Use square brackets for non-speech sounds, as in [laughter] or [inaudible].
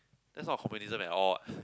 that's not a communism at all what [breath]